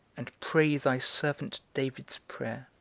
and pray thy servant david's prayer,